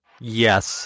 Yes